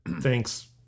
thanks